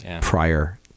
prior